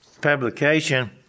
publication